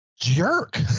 jerk